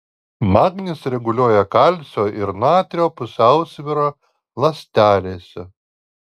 magnis reguliuoja kalcio ir natrio pusiausvyrą ląstelėse